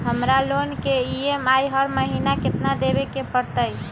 हमरा लोन के ई.एम.आई हर महिना केतना देबे के परतई?